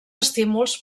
estímuls